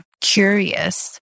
curious